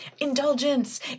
Indulgence